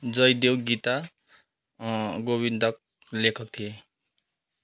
जयदेव गीता गोविन्दक लेखक थिए